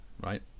Right